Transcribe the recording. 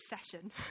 session